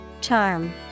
Charm